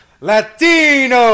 Latino